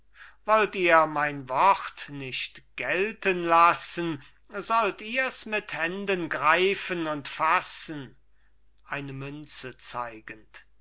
wollt ihr mein wort nicht gelten lassen sollt ihrs mit händen greifen und fassen eine münze zeigend